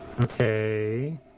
okay